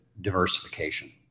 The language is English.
diversification